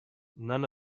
none